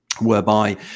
whereby